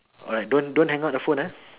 alright don't don't hang up the phone ah